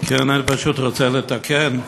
אני פשוט רוצה לתקן,